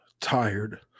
tired